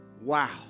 Wow